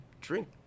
drink